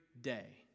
day